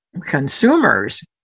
consumers